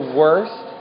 worst